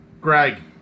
Greg